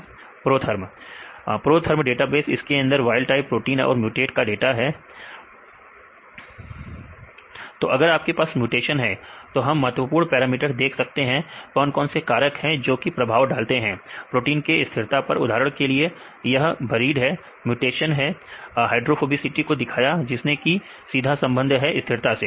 विद्यार्थी ProTherm ProTherm database इसके अंदर वाइल्ड टाइप प्रोटीन और म्युटेंट का डाटा है विद्यार्थी म्युटेंट तो अगर आपके पास म्यूटेशन है तो हम महत्वपूर्ण पैरामीटर देख सकते हैं कौन कौन से कारक हैं जो कि प्रभाव डालते हैं प्रोटीन के स्थिरता पर उदाहरण के लिए यह बरीड म्यूटेशन है हाइड्रोफोबिसिटी को दिखाया जिसका की सीधा संबंध है स्थिरता से